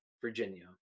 Virginia